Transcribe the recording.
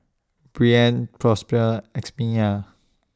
Brien Prosper Ximena